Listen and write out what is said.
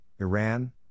Iran